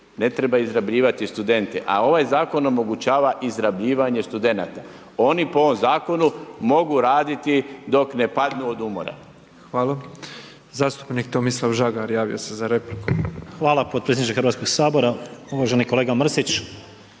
ne treba izrabljivati studente, a ovaj zakon omogućava izrabljivanje studenata. Oni po ovom zakonu mogu raditi dok ne padnu od umora. **Petrov, Božo (MOST)** Hvala. Zastupnik Tomislav Žagar javio se za repliku. **Žagar, Tomislav (Nezavisni)** Hvala potpredsjedniče Hrvatskog sabora. Uvaženi kolega Mrsić,